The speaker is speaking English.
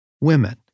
Women